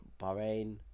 Bahrain